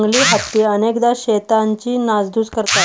जंगली हत्ती अनेकदा शेतांची नासधूस करतात